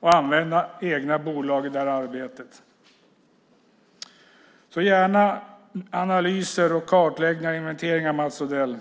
och använda egna bolag i det arbetet. Det får gärna vara analyser och kartläggningar, Mats Odell.